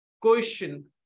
question